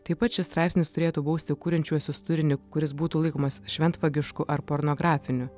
taip pat šis straipsnis turėtų bausti kuriančiuosius turinį kuris būtų laikomas šventvagišku ar pornografiniu